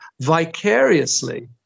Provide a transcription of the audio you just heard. vicariously